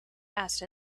asked